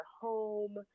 home